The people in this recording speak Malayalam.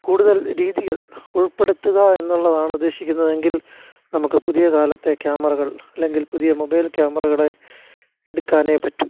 കൂടുതൽ രീതികള് ഉള്പ്പെടുത്തുക എന്നുള്ളതാണ് ഉദ്ദേശിക്കുന്നതെങ്കില് നമുക്ക് പുതിയകാലത്തെ ക്യാമറകള് അല്ലെങ്കില് പുതിയ മൊബൈല് ക്യാമറകളെ എടുക്കാനേ പറ്റൂ